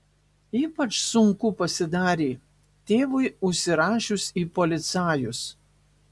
ypač sunku pasidarė tėvui užsirašius į policajus